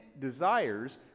desires